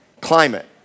climate